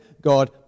God